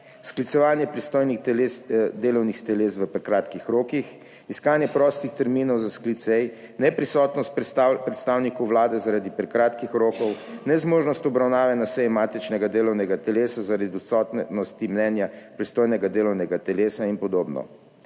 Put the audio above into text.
sklicevanje pristojnih delovnih teles v prekratkih rokih, iskanje prostih terminov za sklic sej, neprisotnost predstavnikov Vlade zaradi prekratkih rokov, nezmožnost obravnave na seji matičnega delovnega telesa zaradi odsotnosti mnenja pristojnega delovnega telesa in podobno.